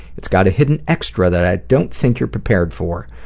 it's got a hidden extra that i don't think you're prepared for.